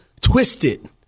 twisted